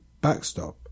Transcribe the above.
backstop